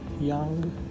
Young